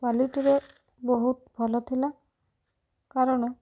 କ୍ୱାଲିଟିରେ ବହୁତ ଭଲ ଥିଲା କାରଣ